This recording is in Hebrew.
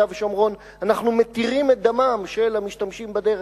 ושומרון ואנחנו מתירים את דמם של המשתמשים בדרך,